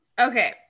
okay